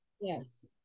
Yes